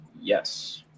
Yes